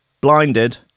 blinded